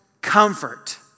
comfort